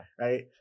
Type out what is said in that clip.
Right